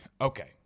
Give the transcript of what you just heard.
Okay